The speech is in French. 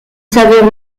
saveur